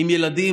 עם ילדים,